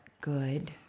good